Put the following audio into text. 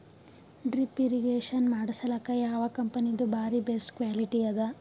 Drip irrigation ಮಾಡಸಲಕ್ಕ ಯಾವ ಕಂಪನಿದು ಬಾರಿ ಬೆಸ್ಟ್ ಕ್ವಾಲಿಟಿ ಅದ?